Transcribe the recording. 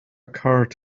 card